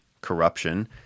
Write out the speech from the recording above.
corruption